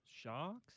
Sharks